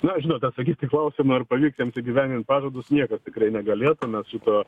na žinot atsakyt į klausimą ar pavyks jiems įgyvendint pažadus niekas tikrai negalėtų mes šito